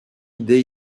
day